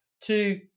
two